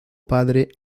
padre